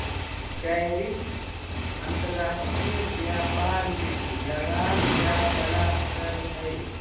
tariff अंतर्राष्ट्रीय व्यापार में लगाल जाय वला कर हइ